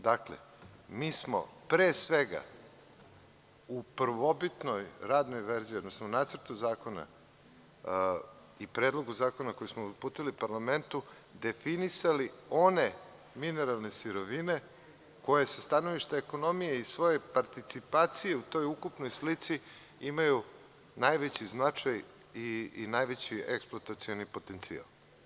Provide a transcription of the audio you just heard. Dakle, mi smo pre svega u prvobitnoj radnoj verziji, odnosno nacrtu zakona i Predlogu zakona i Predlogu zakona koji smo uputili parlamentu definisali one mineralne sirovine koje sa stanovišta ekonomije i svoje participacije u toj ukupnoj slici imaju najveći značaj i najveći eksploatacioni potencijal.